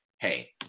Hey